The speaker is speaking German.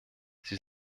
sie